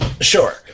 Sure